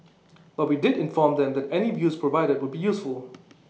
but we did inform them that any views provided would be useful